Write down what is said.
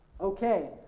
Okay